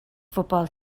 football